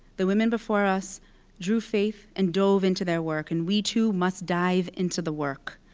the women before us drew faith and dove into their work, and we too must dive into the work,